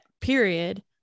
period